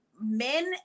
men